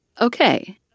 okay